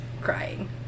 crying